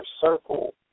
circle